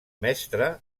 mestre